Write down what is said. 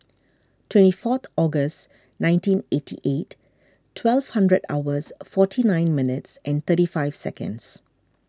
twenty fourth August nineteen eighty eight twelve hundred hours forty nine minutes and thirty five seconds